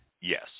yes